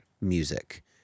music